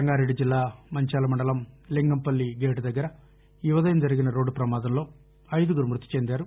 రంగారెడ్డి జిల్లా మంచాల మండలం లింగంపల్లి గేట్ దగ్గర ఈ ఉదయం జరిగిన రోడ్లు ప్రమాదంలో ఐదుగురు మృతి చెందారు